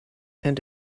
and